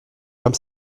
comme